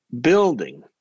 building